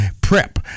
prep